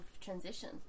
transition